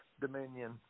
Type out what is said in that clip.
Dominion